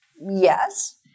yes